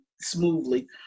smoothly